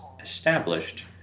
established